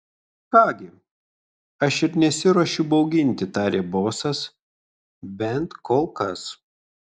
ką gi aš ir nesiruošiu bauginti tarė bosas bent kol kas